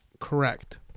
Correct